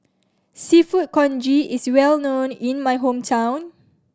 Seafood Congee is well known in my hometown